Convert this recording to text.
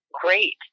great